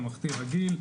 ממלכתי רגיל.